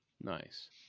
Nice